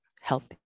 healthy